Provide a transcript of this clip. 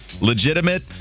Legitimate